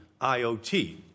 IOT